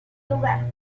lugar